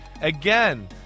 again